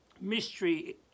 mystery